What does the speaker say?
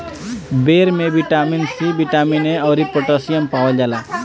बेर में vitamin C, vitamin A अउरी पोटैशियम पावल जाला